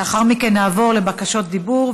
לאחר מכן נעבור לבקשות דיבור,